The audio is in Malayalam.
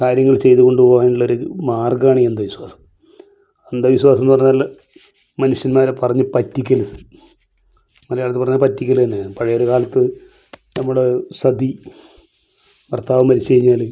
കാര്യങ്ങൾ ചെയ്തുകൊണ്ട് പോകാനുള്ളൊരു മാർഗമാണ് ഈ അന്ധവിശ്വാസം അന്ധവിശ്വാസം എന്ന് പറഞ്ഞാൽ മനുഷ്യന്മാരെ പറഞ്ഞ് പറ്റിക്കരുത് മലയാളത്തിൽ പറഞ്ഞാൽ പറ്റിക്കൽ തന്നെയാണ് പഴയൊരു കാലത്ത് നമ്മുടെ സതി ഭർത്താവ് മരിച്ച് കഴിഞ്ഞാൽ